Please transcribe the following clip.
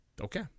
Okay